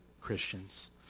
christians